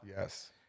Yes